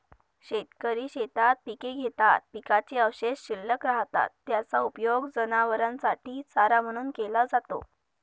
शेतकरी शेतात पिके घेतात, पिकाचे अवशेष शिल्लक राहतात, त्याचा उपयोग जनावरांसाठी चारा म्हणून केला जातो